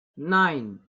nine